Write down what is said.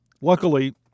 Luckily